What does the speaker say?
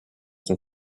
nur